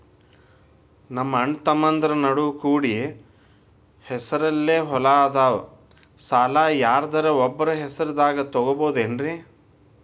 ನಮ್ಮಅಣ್ಣತಮ್ಮಂದ್ರ ನಡು ಕೂಡಿ ಹೆಸರಲೆ ಹೊಲಾ ಅದಾವು, ಸಾಲ ಯಾರ್ದರ ಒಬ್ಬರ ಹೆಸರದಾಗ ತಗೋಬೋದೇನ್ರಿ?